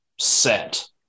set